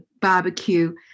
barbecue